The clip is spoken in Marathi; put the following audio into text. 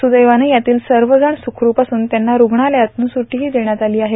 सुदैवानं यातील सर्वजण सुखरूप असून त्यांना रूग्णालयातून सुटीही देण्यात आली आहे